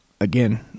again